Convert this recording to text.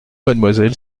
mademoiselle